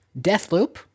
Deathloop